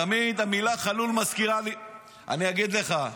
תמיד המילה חלול מזכירה לי --- כשיוצאים משירותים.